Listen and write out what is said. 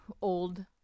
old